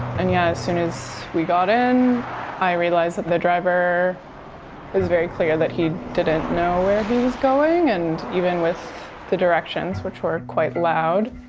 and yeah, as soon as we got in i realized that the driver, it was very clear that he didn't know where he was going, and even with the directions, which were quite loud,